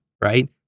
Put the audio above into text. right